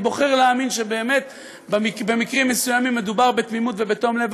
אני בוחר להאמין שבאמת במקרים מסוימים מדובר בתמימות ובתום לב,